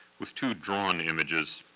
with two drawn images,